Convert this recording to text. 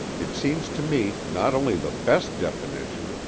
it seems to me not only the best definition,